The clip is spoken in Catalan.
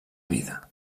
vida